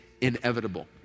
inevitable